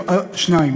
לשנה,